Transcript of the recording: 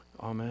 Amen